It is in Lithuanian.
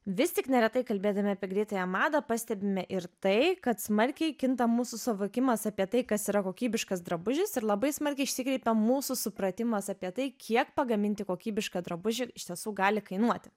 vis tik neretai kalbėdami apie greitąją madą pastebime ir tai kad smarkiai kinta mūsų suvokimas apie tai kas yra kokybiškas drabužis ir labai smarkiai išsikreipia mūsų supratimas apie tai kiek pagaminti kokybišką drabužį iš tiesų gali kainuoti